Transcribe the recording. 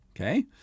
okay